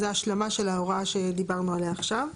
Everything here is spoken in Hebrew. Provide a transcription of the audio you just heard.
זו ההשלמה של ההוראה שדיברנו עליה עכשיו.